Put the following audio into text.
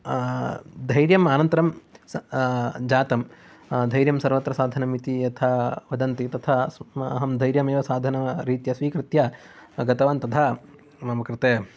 धैर्यम् अनन्तरं जातं धैर्यं सर्वत्र साधनम् इति यथा वदन्ति तथा अहं धैर्यमेव साधनरित्या स्वीकृत्य गतवान् तदा मम कृते